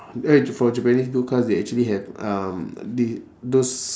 eh j~ for japanese built cars they actually have um thi~ those